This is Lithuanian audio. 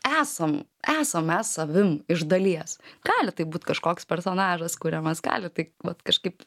esam esam mes savim iš dalies gali taip būt kažkoks personažas kuriamas gali tai vat kažkaip